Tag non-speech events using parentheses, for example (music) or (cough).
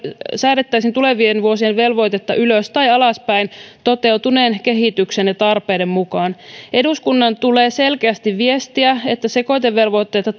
säädettäisiin tulevien vuosien velvoitetta ylös tai alaspäin toteutuneen kehityksen ja tarpeiden mukaan eduskunnan tulee selkeästi viestiä että sekoitevelvoitteita (unintelligible)